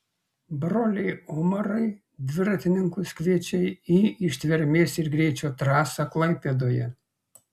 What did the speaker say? broliai umarai dviratininkus kviečia į ištvermės ir greičio trasą klaipėdoje